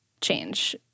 change